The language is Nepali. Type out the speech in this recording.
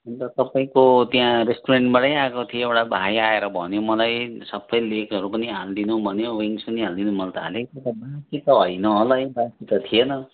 अन्त तपाईँको त्यहाँ रेस्टुरेन्टबाट आएको थियो एउटा भाई आएर भन्यो मलाई सबै लेगहरू पनि हालिदिनु भन्यो विङ्ग्स् पनि हालिदिनु भन्यो मैले त हालिदिएको थिएँ ल त्यो त होइन होला है बासी त थिएन